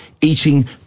eating